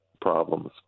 problems